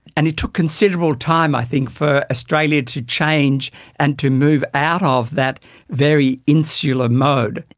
and it took considerable time i think for australia to change and to move out of that very insular mode.